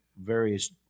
various